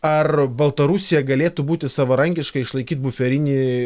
ar baltarusija galėtų būti savarankiškai išlaikyt buferinį